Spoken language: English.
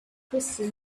crystal